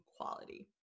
quality